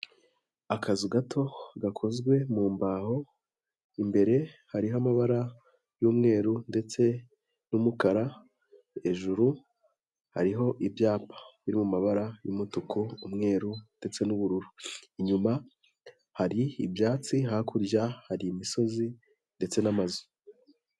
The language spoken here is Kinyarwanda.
Akazu gato gakozwe mu mbaho, imbere hariho amabara y'umweru ndetse n'umukara, hejuru hariho ibyapa biri mu mabara y'umutuku, umweru ndetse n'ubururu. Inyuma hari ibyatsi hakurya hari imisozi ndetse n'amazu.